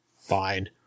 fine